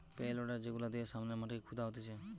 pay loader যেগুলা দিয়ে সামনের মাটিকে খুদা হতিছে